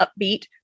upbeat